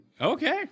Okay